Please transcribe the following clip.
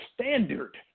standard